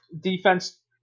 Defense –